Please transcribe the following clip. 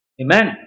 Amen